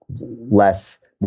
less